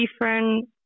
different